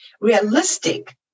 realistic